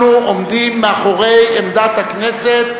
אנחנו עומדים מאחורי עמדת הכנסת,